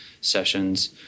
sessions